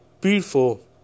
beautiful